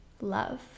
love